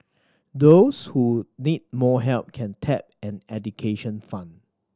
those who need more help can tap an education fund